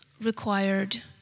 required